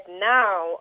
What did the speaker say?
now